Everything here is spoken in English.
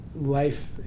life